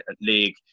league